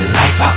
life